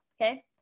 Okay